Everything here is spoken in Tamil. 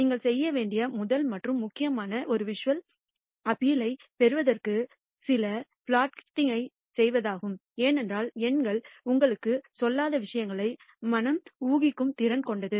நீங்கள் செய்ய வேண்டிய முதல் மற்றும் முக்கியமானது ஒரு விஷுவல் அப்பீல் ஐ பெறுவதற்கு சில பிளாட்களைச் செய்வதாகும் ஏனென்றால் எண்கள் உங்களுக்குச் சொல்லாத விஷயங்களை மனம் ஊகிக்கும் திறன் கொண்டது